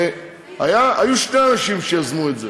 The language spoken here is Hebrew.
הרי היו שני אנשים שיזמו את זה,